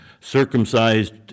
circumcised